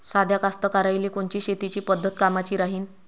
साध्या कास्तकाराइले कोनची शेतीची पद्धत कामाची राहीन?